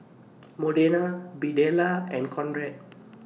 Modena Birdella and Conrad